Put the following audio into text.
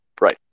Right